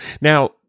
Now